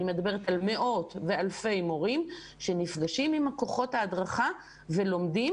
אני מדברת על מאות ואלפי מורים שנפגשים עם כוחות ההדרכה ולומדים,